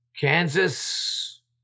Kansas